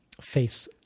face